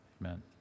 Amen